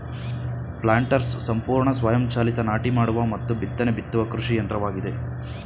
planters ಸಂಪೂರ್ಣ ಸ್ವಯಂ ಚಾಲಿತ ನಾಟಿ ಮಾಡುವ ಮತ್ತು ಬಿತ್ತನೆ ಬಿತ್ತುವ ಕೃಷಿ ಯಂತ್ರವಾಗಿದೆ